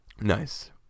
Nice